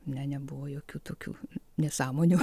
ne nebuvo jokių tokių nesąmonių